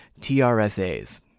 TRSAs